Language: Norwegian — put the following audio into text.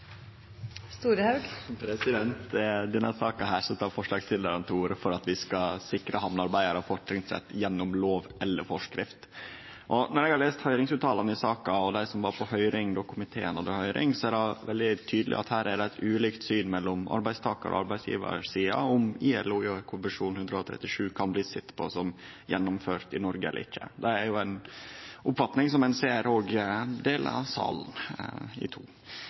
orde for at vi skal sikre hamnearbeidarar fortrinnsrett gjennom lov eller forskrift. Etter å ha lese høyringsutsegnene i saka, og ut frå det som blei sagt av dei som var på høyringa i komiteen, blir det veldig tydeleg at det her er ulikt syn mellom arbeidstakarsida og arbeidsgjevarsida på om ILO-konvensjon 137 kan bli sett på som gjennomført i Noreg eller ikkje. Det er ei oppfatning som ein òg ser deler salen i to.